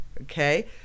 okay